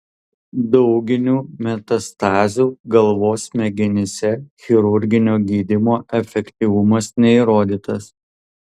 dauginių metastazių galvos smegenyse chirurginio gydymo efektyvumas neįrodytas